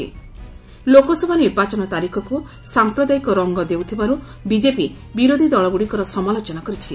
ଲୋକସଭା ନିର୍ବାଚନ ତାରିଖକୁ ସାମ୍ପ୍ରଦାୟିକ ରଙ୍ଗ ଦେଉଥିବାରୁ ବିଜେପି ବିରୋଧୀ ଦଳଗୁଡ଼ିକର ସମାଲୋଚନା କରିଛି